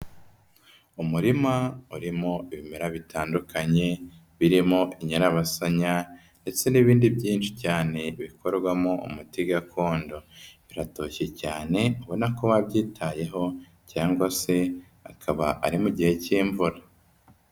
Umurima urimo ibimera bitandukanye birimo nyirabasanya ndetse n'ibindi byinshi cyane bikorwamo umuti gakondo, biratoshye cyane ubona ko babyitayeho cyangwa se akaba ari mu gihe cy'imvura.